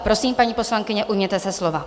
Prosím, paní poslankyně, ujměte se slova.